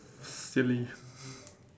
silly